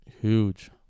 Huge